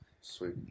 sweet